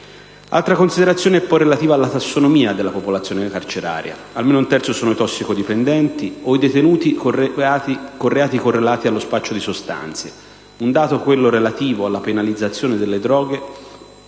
Un'altra considerazione è poi relativa alla tassonomia della popolazione carceraria: almeno un terzo sono i tossicodipendenti o i detenuti per reati correlati allo spaccio di sostanze stupefacenti, (un dato, quello relativo alla penalizzazione delle droghe